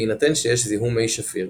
בהינתן שיש זיהום מי שפיר,